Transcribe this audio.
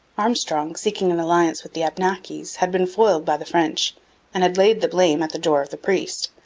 armstrong, seeking an alliance with the abnakis, had been foiled by the french and had laid the blame at the door of the priest,